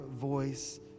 voice